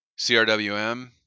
CRWM